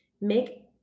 make